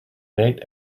nate